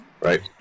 right